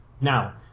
Now